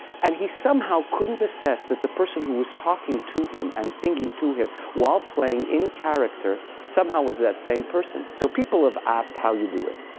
and he somehow couldn't assess that the person who was talking to him and singing to him, while playing in character, somehow was that same person. so people have asked how you do it.